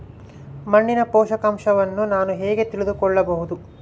ಮಣ್ಣಿನ ಪೋಷಕಾಂಶವನ್ನು ನಾನು ಹೇಗೆ ತಿಳಿದುಕೊಳ್ಳಬಹುದು?